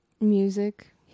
music